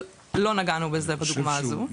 לא נגענו בזה בדוגמה הזו.